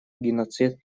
геноцид